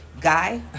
guy